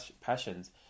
passions